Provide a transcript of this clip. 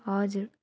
हजुर